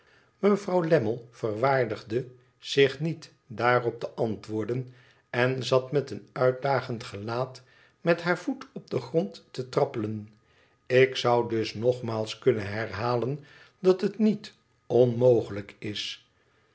mevrouw lammie verwaardigde zich niet daarop te antwoorden en zat met een uitdagend gelaat met haar voet op den grond te trappelen ik zou dus nogmaals kunnen herhalen dat het niet onmogelijk is